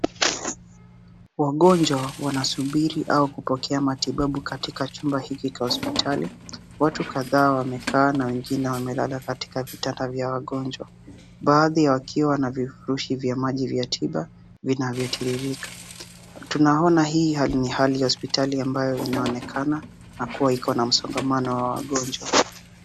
Wagonjwa wanasubiri au kupokea matibabu katika chumba hiki kya hospitali, watu kadhaa wamekaa na wengine wamelala katika vitanda vya wagonjwa baadhi wakiwa na vifurushi vya maji vya tiba vinavyotiririka. Tunaoana hii ni hali ya hospitali ambayo inaonekana na kuwa iko na msongamano wa wagonjwa.